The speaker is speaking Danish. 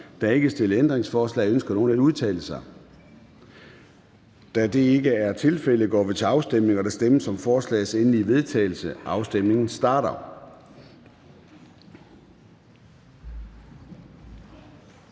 er ikke stillet ændringsforslag. Ønsker nogen at udtale sig? Da det ikke er tilfældet, går vi til afstemning. Kl. 14:03 Afstemning Formanden (Søren Gade): Der stemmes om forslagets endelige vedtagelse. Afstemningen starter.